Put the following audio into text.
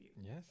Yes